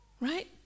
right